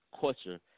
culture